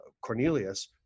Cornelius